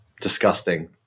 Disgusting